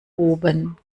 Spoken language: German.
oben